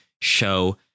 show